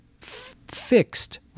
fixed